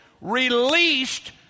released